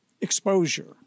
exposure